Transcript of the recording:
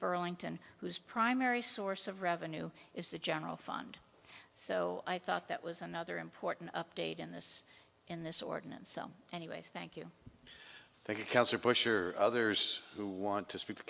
burlington whose primary source of revenue is the general fund so i thought that was another important update in this in this ordinance anyways thank you thank you cancer bush or others who want to speak